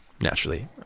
naturally